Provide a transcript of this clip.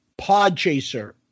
PodChaser